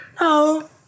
no